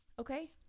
Okay